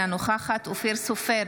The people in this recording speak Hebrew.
אינה נוכחת אופיר סופר,